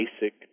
basic